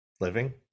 living